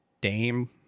Dame